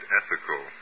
ethical